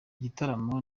gitaramo